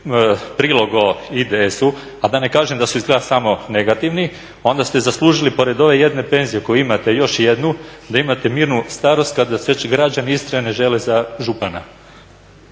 prilog o IDS-u a da ne kažem da su izgleda samo negativni onda ste zaslužili pored ove jedne penzije koju imate još jednu da imate mirnu starost kad vas već građani Istre ne žele za župana.